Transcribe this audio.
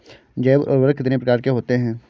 जैव उर्वरक कितनी प्रकार के होते हैं?